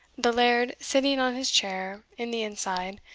the laird sitting on his chair in the inside,